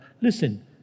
Listen